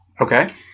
Okay